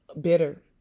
bitter